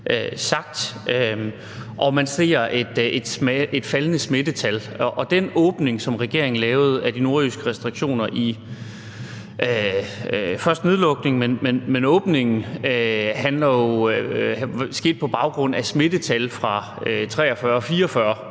man ser et faldende smittetal. Den åbning, som regeringen lavede i de nordjyske restriktioner efter nedlukningen, skete på baggrund af smittetal fra 43 og 44,